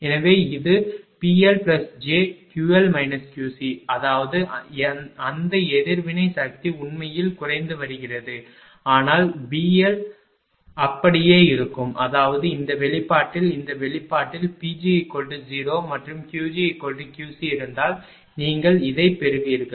எனவே இது PLjQL QC அதாவது அந்த எதிர்வினை சக்தி உண்மையில் குறைந்து வருகிறது ஆனால் பிஎல் அப்படியே இருக்கும் அதாவது இந்த வெளிப்பாட்டில் இந்த வெளிப்பாட்டில் Pg0 மற்றும் QgQC இருந்தால் நீங்கள் இதைப் பெறுவீர்கள்